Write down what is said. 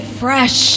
fresh